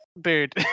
dude